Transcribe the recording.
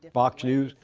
fox news?